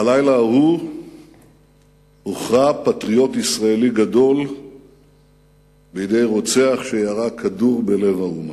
בלילה ההוא הוכרע פטריוט ישראלי גדול בידי רוצח שירה כדור בלב האומה.